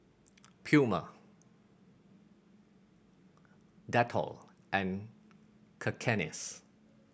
Puma Dettol and Cakenis